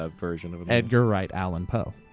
ah version of a edgar wright allen poe.